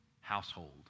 household